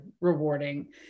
rewarding